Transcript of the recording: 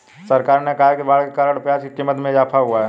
सरकार ने कहा कि बाढ़ के कारण प्याज़ की क़ीमत में इजाफ़ा हुआ है